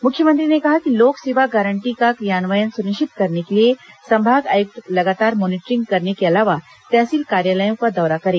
मुख्यमंत्री ने कहा कि लोक सेवा गारंटी का क्रियान्वयन सुनिश्चित करने को लिए संभाग आयुक्त लगातार मॉनिटरिंग करने के अलावा तहसील कार्यालयों का दौरा करें